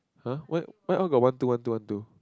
!huh! why why all got one two one two one two